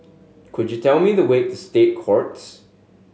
could you tell me the way to State Courts